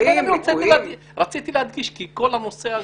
עבד אל חכים חאג' יחיא (הרשימה המשותפת): רציתי להדגיש כי כל הנושא הזה,